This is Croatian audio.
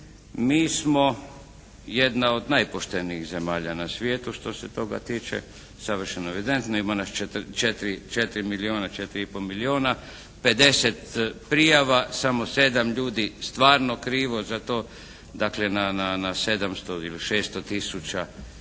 Mi smo jedna od najpoštenijih zemalja u svijetu što se toga tiče, savršeno evidentno, ima nas 4 milijuna, 4 i pol milijuna, 50 prijava, samo 7 ljudi stvarno krivo za to, dakle na 700 ili 600 tisuća